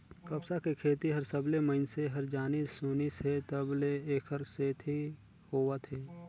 कपसा के खेती हर सबलें मइनसे हर जानिस सुनिस हे तब ले ऐखर खेती होवत हे